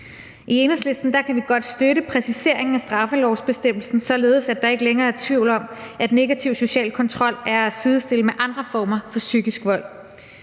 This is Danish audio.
I Enhedslisten kan vi godt støtte præciseringen af straffelovsbestemmelsen, således at der ikke længere er tvivl om, at negativ social kontrol er at sidestille med andre former for psykisk vold.